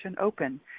open